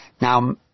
Now